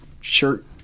shirt